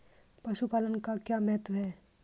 पशुपालन का क्या महत्व है?